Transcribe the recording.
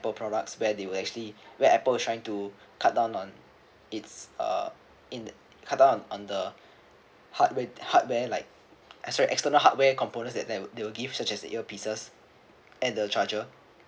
Apple products where they will actually where Apple is trying to cut down on its uh in cut down on the hardware hardware like sorry external hardware components that they they will give such as ear pieces and the charger